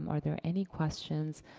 um are there any questions,